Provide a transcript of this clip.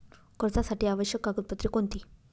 कर्जासाठी आवश्यक कागदपत्रे कोणती?